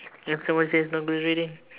someone says reading